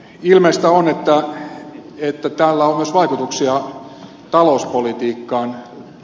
ilmeistä on että tällä on myös vaikutuksia talouspolitiikkaan